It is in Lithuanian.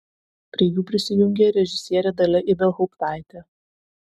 prie jų prisijungė ir režisierė dalia ibelhauptaitė